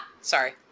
Sorry